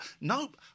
Nope